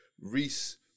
Reese